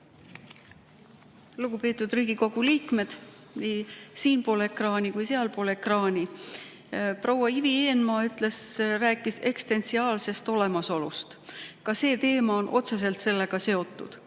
Lugupeetud Riigikogu liikmed nii siinpool kui ka sealpool ekraani! Proua Ivi Eenmaa rääkis eksistentsiaalsest olemasolust. Ka see teema on otseselt sellega seotud.